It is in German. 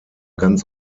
ganz